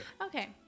Okay